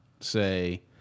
say